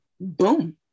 boom